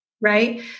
right